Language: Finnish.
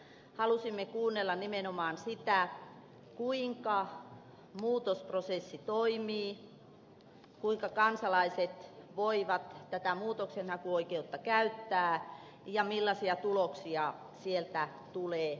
halusimme kuunnella nimenomaan sitä kuinka muutosprosessi toimii kuinka kansalaiset voivat tätä muutoksenhakuoikeutta käyttää ja millaisia tuloksia sieltä tulee ulos